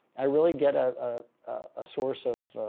i really get a ah ah source of,